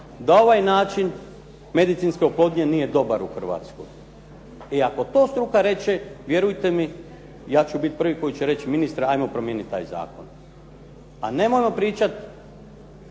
da ovaj način medicinske oplodnje nije dobar u Hrvatskoj. E i ako to struka reče vjerujte mi ja ću biti prvi koji će reći ministre hajmo promijeniti taj zakon. A nemojmo pričati